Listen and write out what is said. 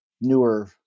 newer